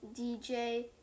DJ